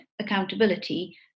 accountability